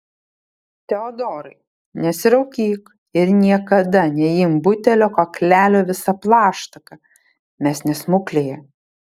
teodorai nesiraukyk ir niekada neimk butelio kaklelio visa plaštaka mes ne smuklėje